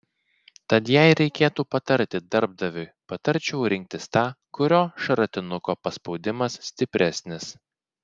tad jei reikėtų patarti darbdaviui patarčiau rinktis tą kurio šratinuko paspaudimas stipresnis